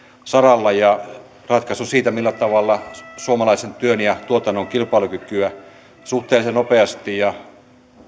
saralla ja ratkaisun siitä millä tavalla suomalaisen työn ja tuotannon kilpailukykyä suhteellisen nopeasti ja